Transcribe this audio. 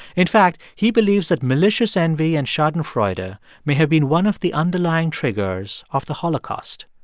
in fact, he believes that malicious envy and schadenfreude ah may have been one of the underlying triggers of the holocaust.